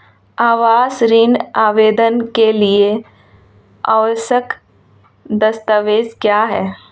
आवास ऋण आवेदन के लिए आवश्यक दस्तावेज़ क्या हैं?